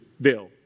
bill